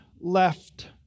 left